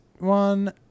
one